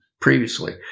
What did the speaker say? previously